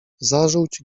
zażółć